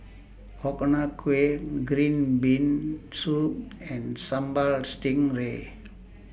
Coconut Kuih Green Bean Soup and Sambal Stingray